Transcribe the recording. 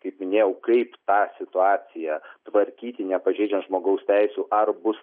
kaip minėjau kaip tą situaciją tvarkyti nepažeidžiant žmogaus teisių ar bus